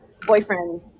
boyfriend